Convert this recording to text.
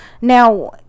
Now